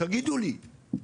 תגידו לי.